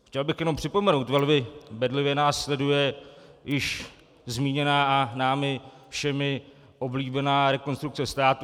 Chtěl bych jenom připomenout velmi bedlivě nás sleduje již zmíněná, námi všemi oblíbená, Rekonstrukce státu.